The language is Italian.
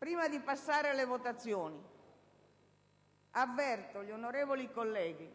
Prima di passare alle votazioni, avverto gli onorevoli colleghi